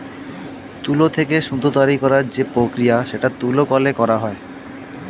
তুলো থেকে সুতো তৈরী করার যে প্রক্রিয়া সেটা তুলো কলে করা হয়